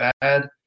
bad